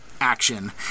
action